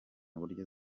uburyo